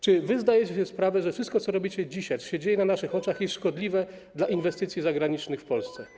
Czy wy zdajecie sobie sprawę, że wszystko, co robicie dzisiaj, co się dzieje na naszych oczach, jest szkodliwe dla inwestycji zagranicznych w Polsce?